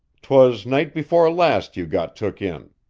twas night before last you got took in.